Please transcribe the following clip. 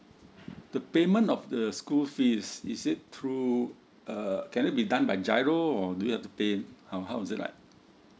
the payment of the school fees is it through uh can it be done by giro or do you have to pay how how is it like